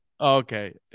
Okay